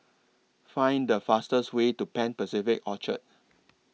Find The fastest Way to Pan Pacific Orchard